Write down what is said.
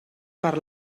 per